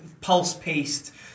pulse-paced